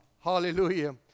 Hallelujah